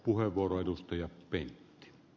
arvoisa puhemies